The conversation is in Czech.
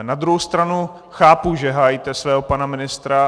Na druhou stranu chápu, že hájíte svého pana ministra.